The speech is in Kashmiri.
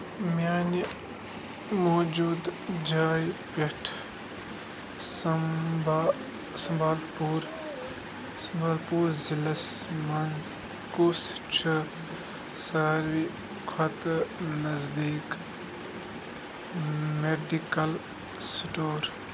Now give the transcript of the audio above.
میانہِ موجوٗدٕ جایہِ پٮ۪ٹھ سمبہ سمبَل پوٗر سمبَل پوٗر ضلعس مَنٛز کُس چھُ ساروی کھوتہٕ نزدیٖک میڈیکل سٹور